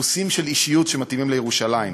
טיפוסים של אישיות שמתאימים לירושלים: